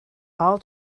all